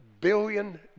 billion